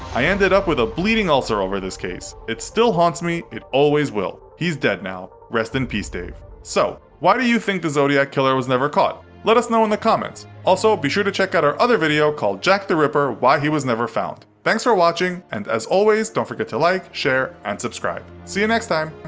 i ended up with a bleeding ulcer ulcer over this case. it still haunts me. it always will. he's dead now. rest in peace dave. so, why do you think the zodiac killer was never caught? let us know in the comments. also, be sure to check out our other video called jack the ripper why was he never found! thanks for watching, and, as always, don't forget to like, share, and subscribe. see you next time!